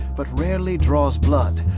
but rarely draws blood,